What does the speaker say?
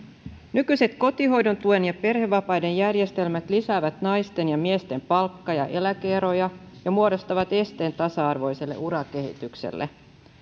nykyiset kotihoidon tuen ja perhevapaiden järjestelmät lisäävät naisten ja miesten palkka ja eläke eroja ja muodostavat esteen tasa arvoiselle urakehitykselle